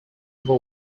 over